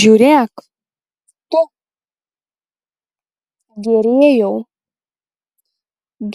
žiūrėk tu gėrėjau